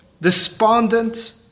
despondent